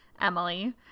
Emily